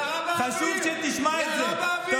ירה באוויר, ירה באוויר, ירה באוויר.